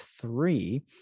three